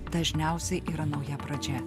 dažniausiai yra nauja pradžia